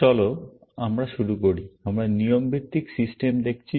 চলো আমরা শুরু করি আমরা নিয়ম ভিত্তিক সিস্টেম দেখছি